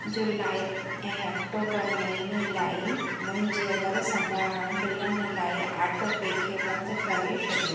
जुलाई ऐं अक्टूबर महिने लाइ मुंहिंजे घरु संभालणु बिलनि लाइ ऑटोपे खे बंदि करे छॾियो